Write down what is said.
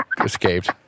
escaped